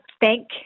thank